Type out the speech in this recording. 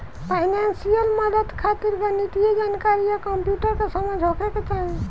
financial मदद खातिर गणितीय जानकारी आ कंप्यूटर के समझ होखे के चाही